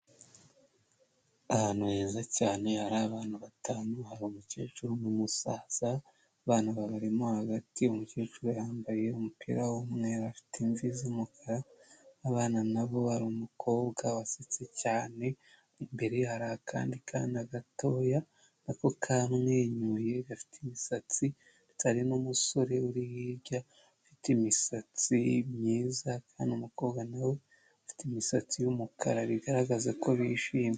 Ahantu heza cyane hari abantu batanu, hari umukecuru n'umusaza, abana babarimo hagati, umukecuru yambaye umupira w'umweru, afite imvi z'umukara, abana nabo, hari umukobwa wasetse cyane, imbere hari akandi kana gatoya, na ko kamwenyuye, gafite imisatsi, hari n'umusore uri hirya ufite imisatsi myiza, kandi umukobwa nawe afite imisatsi y'umukara, bigaragaza ko bishimye.